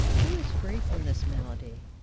who is free from this malady?